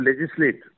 legislate